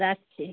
রাখছি